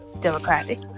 democratic